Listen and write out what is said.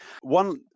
one